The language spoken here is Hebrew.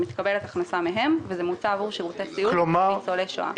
מתקבלת הכנסה מהם וזה מוצא עבור שירותי סיעוד לניצולי שואה.